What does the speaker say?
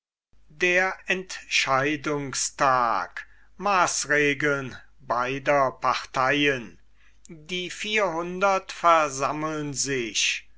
der entscheidungstag maßregeln beider parteien die vierhundert versammeln sich